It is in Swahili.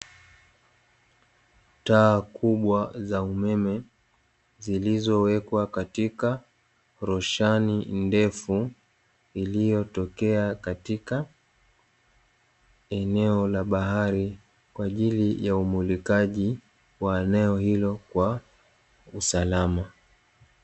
Taa kubwa za umeme, zilizowekwa katika rushani ndefu iliyotokea katika eneo la bahari. Kwa ajili ya umulikaji wa eneo hilo kwa usalama.